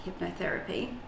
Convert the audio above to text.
hypnotherapy